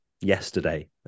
yesterday